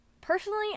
personally